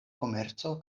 komerco